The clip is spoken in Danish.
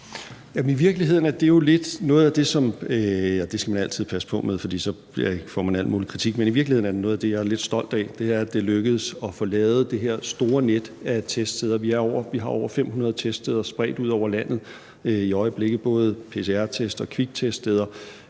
– er lidt stolt af, og det er, at det er lykkedes at få lavet det her store net af teststeder. Vi har over 500 teststeder spredt ud over landet i øjeblikket, både pcr-test- og kvikteststeder,